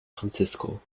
francisco